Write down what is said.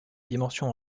dimensions